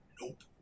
nope